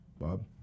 Bob